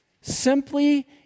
Simply